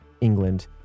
England